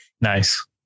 nice